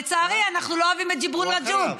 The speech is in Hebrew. לצערי, אנחנו לא אוהבים את ג'יבריל רג'וב.